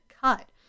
cut